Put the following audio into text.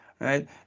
Right